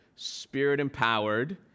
spirit-empowered